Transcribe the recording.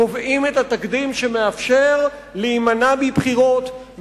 קובעים את התקדים שמאפשר להימנע מבחירות,